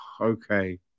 okay